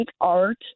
art